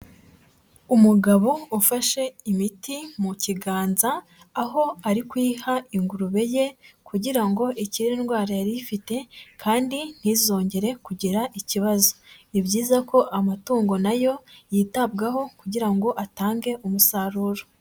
Umugabo ufashe imiti mu kiganza aho ari kuyiha ingurube ye kugira ngo ikire indwara yari ifite kandi ntizongere kugira ikibazo, ni byiza ko amatungo nayo yitabwaho kugira ngo atange umusaruro.